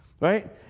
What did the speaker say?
right